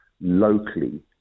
locally